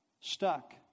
stuck